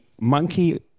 monkey